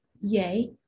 yay